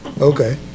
Okay